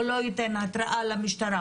או לא ייתן התראה למשטרה,